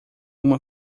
uma